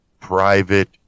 private